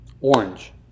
Orange